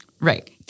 Right